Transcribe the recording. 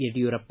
Yediyurappa